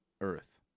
Earth